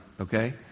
Okay